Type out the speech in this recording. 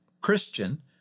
Christian